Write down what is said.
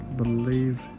believe